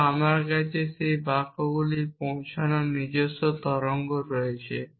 কিন্তু আমার কাছে সেই বাক্যগুলিতে পৌঁছানোর নিজস্ব তরঙ্গ রয়েছে